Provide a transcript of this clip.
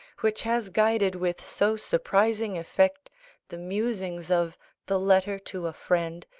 which has guided with so surprising effect the musings of the letter to a friend,